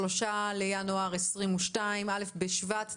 היום 3 בינואר 2022, א' בשבט התשפ"ב,